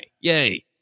Yay